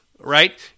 right